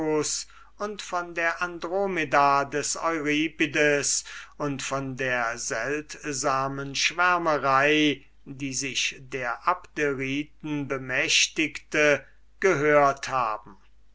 und von der andromeda des euripides und von der seltsamen schwärmerei die sich der abderiten bemächtigte gehört haben